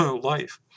life